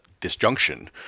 disjunction